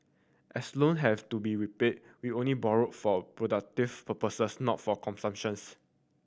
as loan have to be repaid we only borrowed for productive purpose not for consumption's